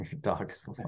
dogs